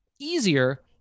easier